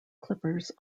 clippers